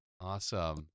awesome